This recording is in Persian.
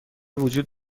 وجود